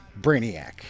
Brainiac